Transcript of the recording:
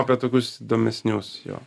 apie tokius įdomesnius jo